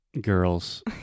girls